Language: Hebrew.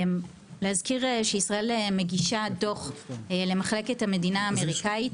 להזכיר שישראל מגישה דוח למחלקת המדינה האמריקאית.